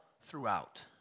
throughout